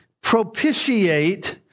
propitiate